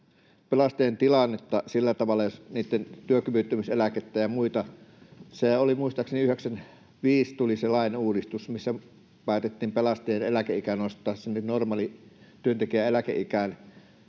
pelastajien tilannetta, niitten työkyvyttömyyseläkkeitä ja muita. Muistaakseni 95 tuli se lainuudistus, missä päätettiin pelastajien eläkeikä nostaa sinne normaaliin työntekijän eläkeikään,